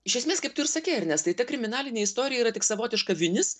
iš esmės kaip tu ir sakei ernestai ta kriminalinė istorija yra tik savotiška vinis